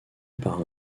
par